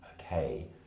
okay